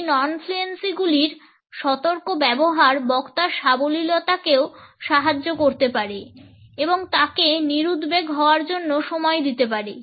এই নন ফ্লুয়েন্সিগুলির সতর্ক ব্যবহার বক্তার সাবলীলতাকেও সাহায্য করতে পারে এবং তাকে নিরুদ্বেগ হওয়ার জন্য সময় দিতে পারে